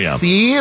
see